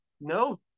no